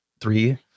three